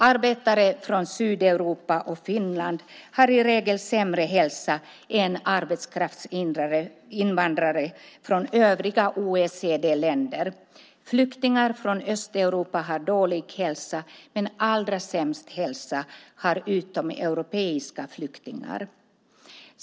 Arbetare från Sydeuropa och Finland har i regel sämre hälsa än arbetskraftsinvandrare från övriga OECD-länder. Flyktingar från Östeuropa har dålig hälsa, men allra sämst hälsa har utomeuropeiska flyktingar.